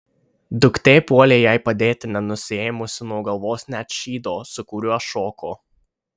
duktė puolė jai padėti nenusiėmusi nuo galvos net šydo su kuriuo šoko